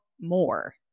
more